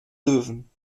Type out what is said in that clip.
löwen